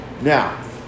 Now